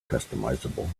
customizable